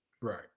Right